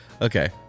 okay